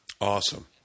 Awesome